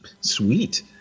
Sweet